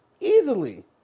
easily